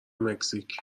مکزیک